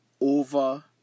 over